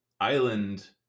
island